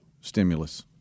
stimulus